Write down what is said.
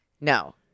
No